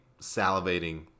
salivating